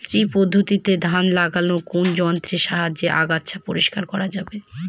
শ্রী পদ্ধতিতে ধান লাগালে কোন যন্ত্রের সাহায্যে আগাছা পরিষ্কার করা যাবে?